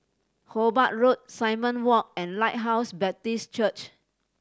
Hobart Road Simon Walk and Lighthouse Baptist Church